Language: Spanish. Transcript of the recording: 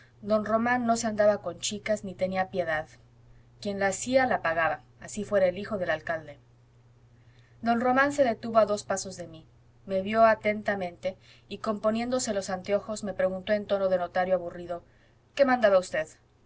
don román no se andaba con chicas ni tenía piedad quien la hacía la pagaba así fuera el hijo del alcalde don román se detuvo a dos pasos de mí me vió atentamente y componiéndose los anteojos me preguntó en tono de notario aburrido qué mandaba usted